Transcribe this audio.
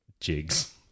jigs